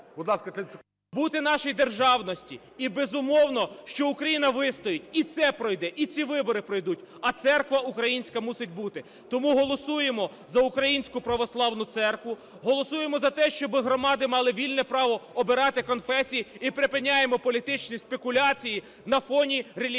…бути нашій державності. І, безумовно, що Україна вистоїть. І це пройде, і ці вибори пройдуть, а церква українська мусить бути. Тому голосуємо за Українську православну церкву, голосуємо за те, щоби громади мали вільне право обирати конфесії, і припиняємо політичні спекуляції на фоні релігійності.